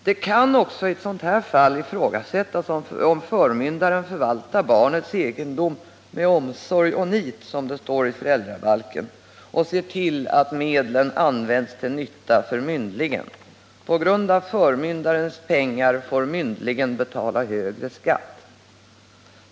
Det kan i ett sådant här fall också ifrågasättas om förmyndaren förvaltar barnets egendom ”med omsorg och nit”, som det står i föräldrabalken, och ser till att medlen används till nytta för myndlingen —- myndlingen får ju på grund av förmyndarens pengar betala högre skatt.